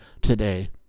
today